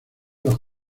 los